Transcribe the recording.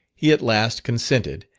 he at last consented,